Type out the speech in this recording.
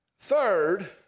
Third